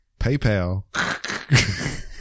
paypal